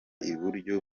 iburyo